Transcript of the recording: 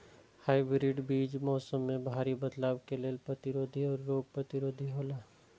hybrid बीज मौसम में भारी बदलाव के लेल प्रतिरोधी और रोग प्रतिरोधी हौला